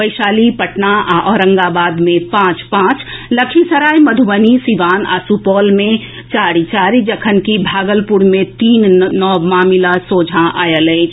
वैशाली पटना आ औरंगाबाद मे पांच पांच लखीसराय मध्रबनी सिवान आ सुपौल मे चारि चारि जखन कि भागलपुर मे तीन नव मामिला सोझाा आएल अछि